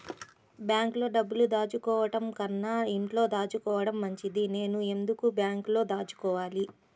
బ్యాంక్లో డబ్బులు దాచుకోవటంకన్నా ఇంట్లో దాచుకోవటం మంచిది నేను ఎందుకు బ్యాంక్లో దాచుకోవాలి?